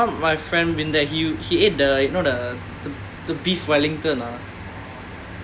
my one one of my friend been there he he ate the you know the the the beef wellington ah